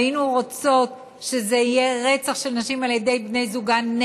היינו רוצות שזה יהיה רצח של נשים על ידי בני זוגן,